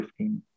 15